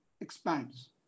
expands